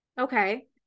Okay